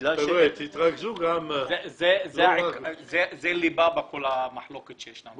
--- זה ליבה של המחלוקת שיש פה.